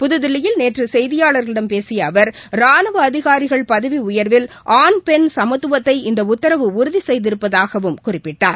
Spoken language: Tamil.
புதுதில்லியில் நேற்று செய்தியாளர்களிடம் பேசிய அவர் ராணுவ அதிகாரிகள் பதவி உயர்வில் ஆண் பெண் சமத்துவத்தை இந்த உத்தரவு உறுதி செய்திருப்பதாகவும் குறிப்பிட்டார்